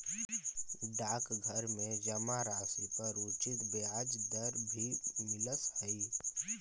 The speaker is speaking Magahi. डाकघर में जमा राशि पर उचित ब्याज दर भी मिलऽ हइ